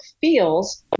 feels